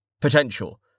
Potential